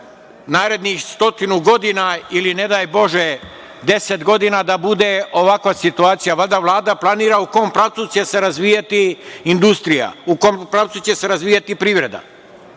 narednih stotinu godina ili, ne daj Bože, 10 godina da bude ovakva situacija? Valjda Vlada planira u kom pravcu će se razvijati industrija, u kom pravcu će se razvijati privreda? Mi